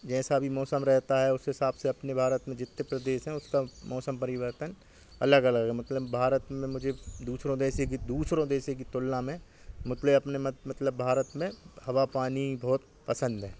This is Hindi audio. जैसा भी मौसम रहता है उस हिसाब से अपने भारत में जितने प्रदेश हैं उसका मौसम परिवर्तन अलग अलग है मतलब भारत में मुझे दूसरों देश से दूसरे देशों की तुलना में मुतले अपने मतलब भारत में हवा पानी बहुत पसंद है